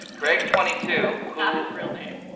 greg twenty two, who. not his real name.